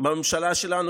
בממשלה שלנו,